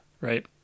right